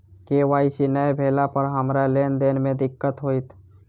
KYC नै भेला पर हमरा लेन देन मे दिक्कत होइत?